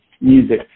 music